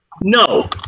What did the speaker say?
No